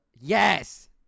Yes